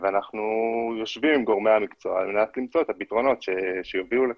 ואנחנו יושבים עם גורמי המקצוע על מנת למצוא את הפתרונות שיביאו לכך.